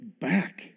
back